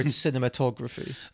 cinematography